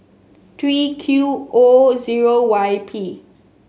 three Q O zero Y P